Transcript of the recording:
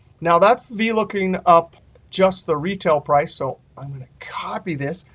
now that's v looking up just the retail price. so i'm going to copy this,